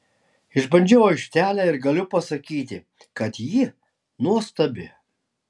išbandžiau aikštelę ir galiu pasakyti kad ji nuostabi